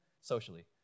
socially